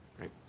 Right